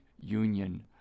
union